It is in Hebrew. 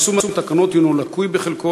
יישום התקנות לקוי בחלקו,